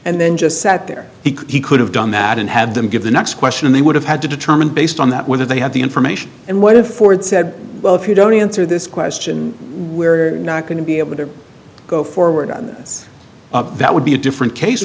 and then just sat there he could have done that and had them give the next question and they would have had to determine based on that whether they had the information and what if ford said well if you don't answer this question where not going to be able to go forward on this that would be a different case